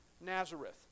Nazareth